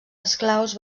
esclaus